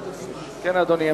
כן, אדוני.